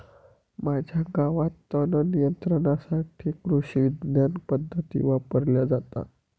माझ्या गावात तणनियंत्रणासाठी कृषिविज्ञान पद्धती वापरल्या जातात